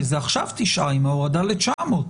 זה עכשיו תשעה עם ההורדה ל-900,